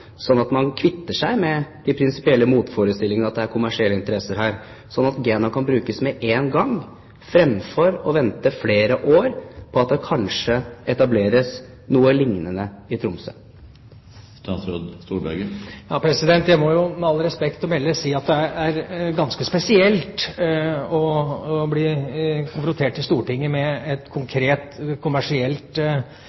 at man kvitter seg med de prinsipielle motforestillingene mot at det er kommersielle interesser her? GENA kan da brukes med en gang, fremfor at man skal vente i flere år på at det kanskje etableres noe lignende i Tromsø. Jeg må – med respekt å melde – si at det er ganske spesielt å bli konfrontert i Stortinget med å skulle ta stilling til et